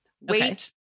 Wait